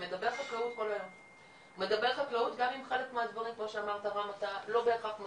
שמדבר חקלאות גם אם חלק מהדברים כמו שאמרת אתה לא בהכרח מסכים.